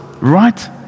Right